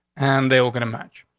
and they were gonna match.